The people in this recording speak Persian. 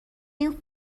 این